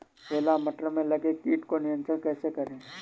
छोला मटर में लगे कीट को नियंत्रण कैसे करें?